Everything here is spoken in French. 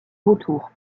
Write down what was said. vautours